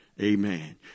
Amen